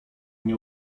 nie